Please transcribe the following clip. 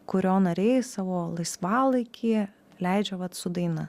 kurio nariai savo laisvalaikį leidžia vat su daina